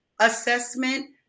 assessment